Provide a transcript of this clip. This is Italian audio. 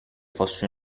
fosse